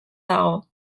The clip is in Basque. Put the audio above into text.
dago